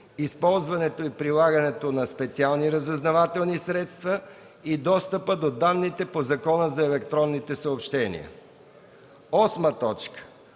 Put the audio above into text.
използването и прилагането на специални разузнавателни средства и достъпа до данните по Закона за електронните съобщения. 8. Проект